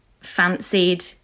fancied